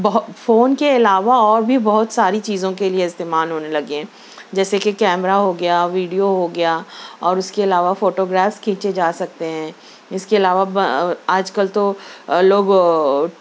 phone کے علاوہ اور بھی بہت ساری چیزوں کے لیے استعمال ہونے لگے ہیں جیسے کہ کیمرہ ہوگیا ویڈیو ہوگیا اور اس کے علاوہ فوٹوگرافس کھینچے جا سکتے ہیں اس کے عللاوہ آج کل تو لوگ